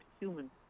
human